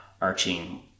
arching